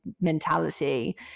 mentality